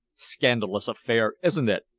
scandalous affair, isn't it?